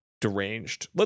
deranged